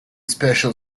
special